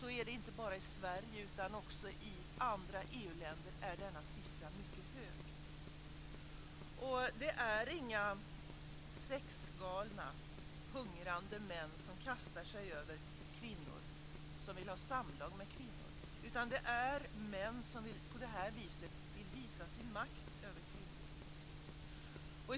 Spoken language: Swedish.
Så är det inte bara i Sverige, utan denna siffra är mycket hög också i andra EU-länder. Detta är inga sexgalna, hungrande män som kastar sig över kvinnor och vill ha samlag med dem, utan det är män som på det här viset vill visa sin makt över kvinnor.